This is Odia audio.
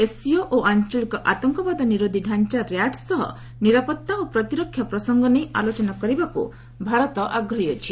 ଏସ୍ସିଓ ଓ ଆଞ୍ଚଳିକ ଆତଙ୍କବାଦ ନିରୋଧୀ ଢାଞ୍ଚା ର୍ୟାଟ୍ସ ସହ ନିରାପତ୍ତା ଓ ପ୍ରତିରକ୍ଷା ପ୍ରସଙ୍ଗ ନେଇ ଆଲୋଚନା କରିବାକୁ ଭାରତ ଆଗ୍ରହୀ ଅଛି